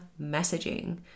messaging